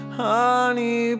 honey